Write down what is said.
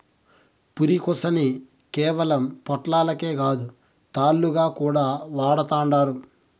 పురికొసని కేవలం పొట్లాలకే కాదు, తాళ్లుగా కూడా వాడతండారు